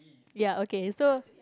ya okay so